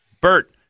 Bert